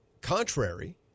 contrary